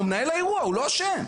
הוא מנהל האירוע, הוא לא אשם.